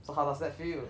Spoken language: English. so how does that feel